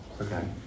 Okay